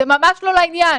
זה ממש לא לעניין.